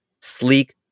sleek